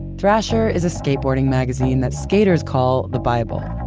thrasher is a skateboarding magazine that skaters call the bible.